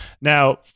Now